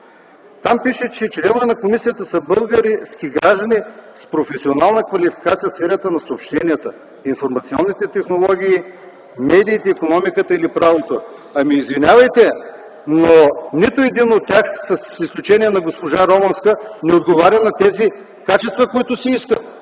Там пише, че: „Членове на комисията са български граждани с професионална квалификация в сферата на съобщенията, информационните технологии, медиите, икономиката или правото”. Извинявайте, но нито един от тях, с изключение на госпожа Романска, не отговаря на тези качества, които се искат.